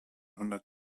hundert